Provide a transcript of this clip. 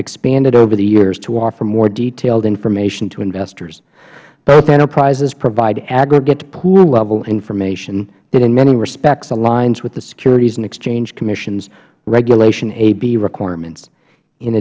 expanded over the years to offer more detailed information to investors both enterprises provide aggregate pool level information that in many respects aligns with the securities and exchange commission's regulation ab requirements in